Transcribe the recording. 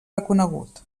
reconegut